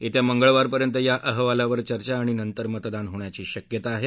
येत्या मंगळवारपर्यंत या अहवालावर चर्चा आणि नंतर मतदान होण्याची शक्यता आहे